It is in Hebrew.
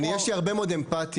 יש לי הרבה מאוד אמפתיה,